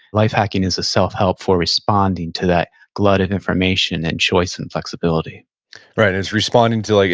life hacking is a self-help for responding to that glut of information and choice and flexibility right, it's responding to, like